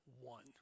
one